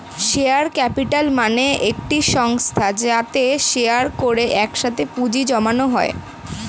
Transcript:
share capital মানে একটি সংস্থা যাতে শেয়ার করে একসাথে পুঁজি জমানো হয়